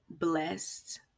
blessed